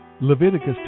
Leviticus